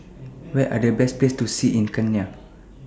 What Are The Best Places to See in Kenya